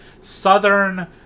southern